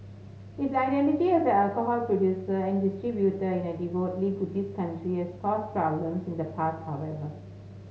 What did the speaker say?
its identity as an alcohol producer and distributor in a devoutly Buddhist country has caused problems in the past however